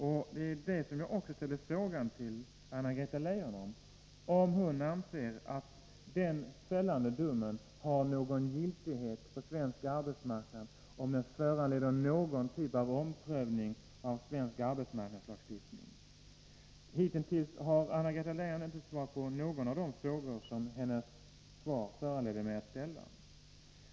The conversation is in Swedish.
Det var också om det jag ställde frågan till Anna-Greta Leijon, om hon anser att den fällande domen har någon giltighet på svensk arbetsmarknad, om den föranleder någon omprövning av svensk arbetsmarknadslagstiftning. Hitintills har Anna-Greta Leijon inte svarat på någon av de frågor som hennes interpellationssvar föranledde mig att ställa.